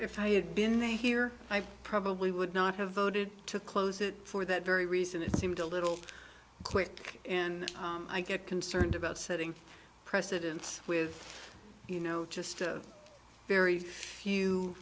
if i had been a here i probably would not have voted to close it for that very reason it seemed a little click and i get concerned about setting precedents with you know just a very few